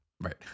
Right